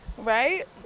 Right